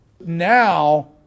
Now